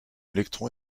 électron